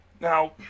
now